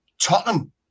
Tottenham